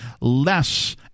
less